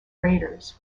raiders